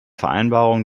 vereinbarung